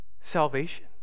salvation